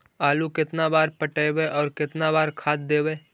आलू केतना बार पटइबै और केतना बार खाद देबै?